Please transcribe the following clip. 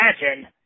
imagine